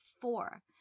four